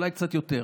אולי קצת יותר.